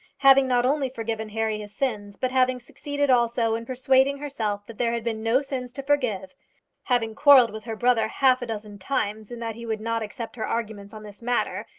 having not only forgiven harry his sins, but having succeeded also in persuading herself that there had been no sins to forgive having quarrelled with her brother half-a-dozen times in that he would not accept her arguments on this matter.